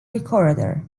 recorder